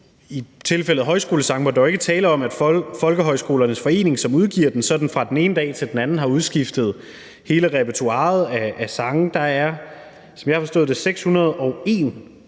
i tilfældet Højskolesangbogen er tale om, at Folkehøjskolernes Forening, som udgiver den, sådan fra den ene dag til den anden har udskiftet hele repertoiret af sange. Der er, som jeg har forstået det, 601